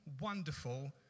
wonderful